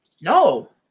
No